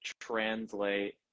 translate